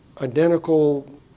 identical